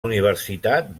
universitat